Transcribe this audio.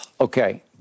Okay